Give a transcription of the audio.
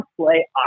play